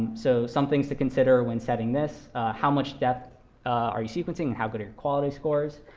so some things to consider when setting this how much depth are you sequencing, and how good are your quality scores.